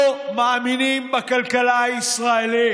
לא מאמינים בכלכלה הישראלית.